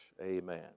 Amen